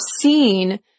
seen